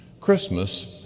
Christmas